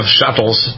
shuttles